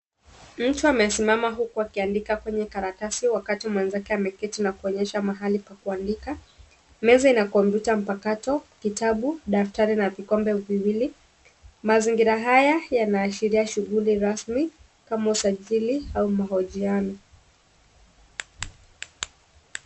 Mtu amesimama huku akiandika kwenye karatasi wakati mwenzake ameketi na kuonyesha mahali pa kuandika. Meza ina kompyuta mpakato, kitabu, daftari na vikombe viwili. Mazingira haya yanaashiria shughuli rasmi kama usajili au mahojiano.